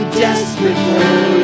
desperate